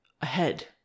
ahead